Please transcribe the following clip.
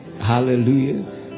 Hallelujah